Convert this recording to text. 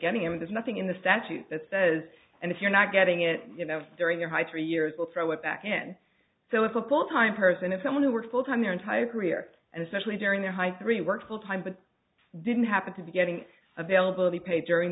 getting him there's nothing in the statute that says and if you're not getting it during your high three years will throw it back in so if a court time person is someone who works full time their entire career and especially during their high three work full time but didn't happen to be getting availability paid during